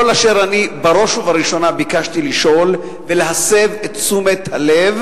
כל אשר אני בראש ובראשונה ביקשתי הוא לשאול ולהסב את תשומת הלב,